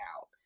out